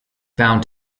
found